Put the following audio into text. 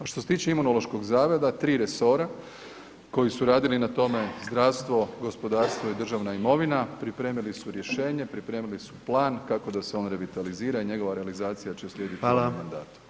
A što se tiče Imunološkog zavoda, 3 resora koji su radili na tome, zdravstvo, gospodarstvo i državna imovina, pripremili su rješenje, pripremili su plan, kako da se on revitalizira i njegova realizacija će slijediti [[Upadica: Hvala.]] u ovom mandatu.